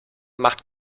macht